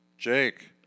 Jake